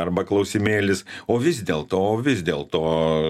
arba klausimėlis o vis dėlto vis dėlto